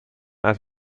als